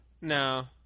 No